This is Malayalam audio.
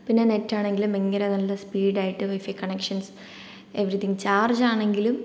പിന്നെ നെറ്റ് ആണെങ്കിലും ഭയങ്കര നല്ല സ്പീഡ് ആയിട്ട് വൈഫൈ കണക്ഷൻസ് എവരിതിംഗ് ചാർജ് ആണെങ്കിലും